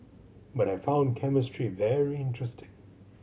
but I found chemistry very interesting